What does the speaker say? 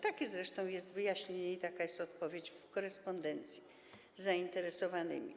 Takie zresztą jest wyjaśnienie i taka jest odpowiedź w korespondencji z zainteresowanymi.